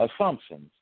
assumptions